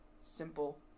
simple